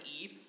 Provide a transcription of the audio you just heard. Eve